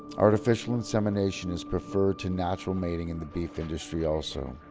artificial insemination is preferred to natural mating in the beef industry also.